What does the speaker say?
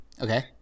okay